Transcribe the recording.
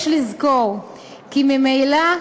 יש לזכור כי ממילא,